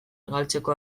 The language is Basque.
galtzeko